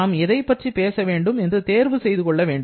நாம் எதைப் பற்றி பேச வேண்டும் என்று தேர்வு செய்து கொள்ள வேண்டும்